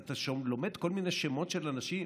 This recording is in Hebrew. אתה לומד כל מיני שמות של אנשים.